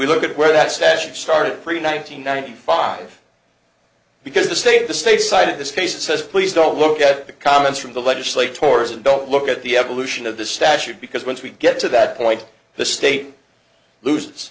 we look at where that statute started pre nine hundred ninety five because the state the state side of this case says please don't look at the comments from the legislature tours and don't look at the evolution of the statute because once we get to that point the state lose